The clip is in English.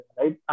right